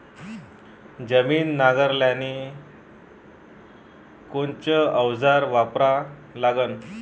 जमीन नांगराले कोनचं अवजार वापरा लागन?